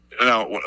now